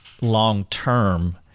long-term